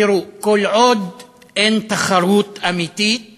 תראו, כל עוד אין תחרות אמיתית